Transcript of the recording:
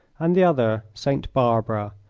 and the other, saint barbara,